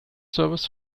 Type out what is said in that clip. service